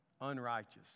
unrighteous